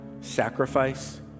Sacrifice